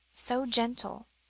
so gentle,